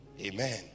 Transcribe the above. Amen